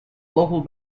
local